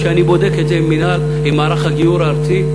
כשאני בודק את זה עם מערך הגיור הארצי,